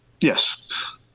yes